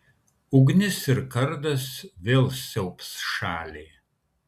ugnis ir kardas vėl siaubs šalį